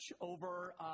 over